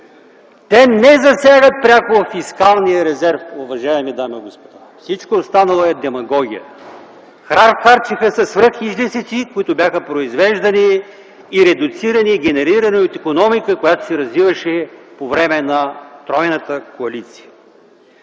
Те не засягат пряко фискалния резерв, уважаеми дами и господа. Всичко останало е демагогия. Харчеха се свръхизлишъци, които бяха произвеждани, редуцирани и генерирани от икономика, която се развиваше по време на тройната коалиция.